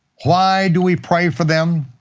why do we pray for them?